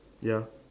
ya